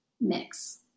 mix